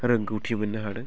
रोंगौथि मोन्नो हादों